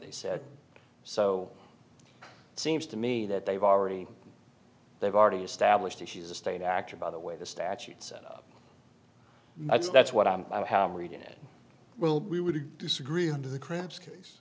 they said so it seems to me that they've already they've already established that she's a state actor by the way the statute set up that's that's what i'm i have read it well we would disagree and the crabs case